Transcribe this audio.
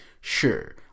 sure